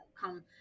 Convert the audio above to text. come